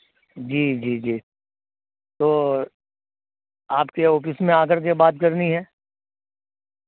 جی جی جی تو آپ کے آفس میں آ کر کے بات کرنی ہے